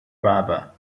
brava